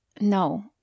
No